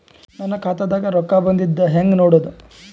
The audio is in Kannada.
ನನ್ನ ಖಾತಾದಾಗ ರೊಕ್ಕ ಬಂದಿದ್ದ ಹೆಂಗ್ ನೋಡದು?